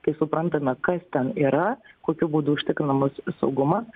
kai suprantame kas ten yra kokiu būdu užtikrinamas saugumas